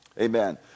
Amen